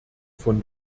von